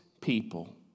people